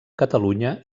catalunya